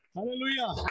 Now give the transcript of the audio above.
Hallelujah